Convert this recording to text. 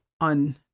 on